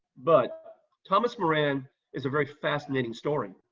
but thomas moran is a very fascinating story.